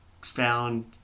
found